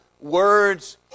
words